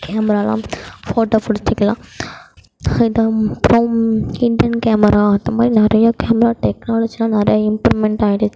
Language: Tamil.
கேமராலாம் ஃபோட்டோ பிடிச்சிக்கிலாம் ஹிட்டம் ப்ரோம் ஹிட்டன் கேமரா அது மாதிரி நிறைய கேமரா டெக்னாலஜிலாம் நிறைய இம்ப்ரூமெண்ட் ஆகிடுச்சு